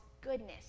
goodness